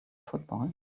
football